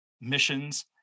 missions